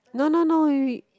no no no we we